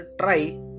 try